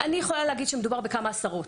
אני יכולה להגיד בכמה עשרות.